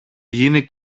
γίνει